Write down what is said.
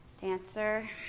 Dancer